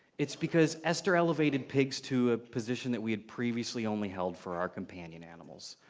it's because esther elevated pigs to a position that we had previously only held for our companion animals.